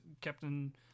Captain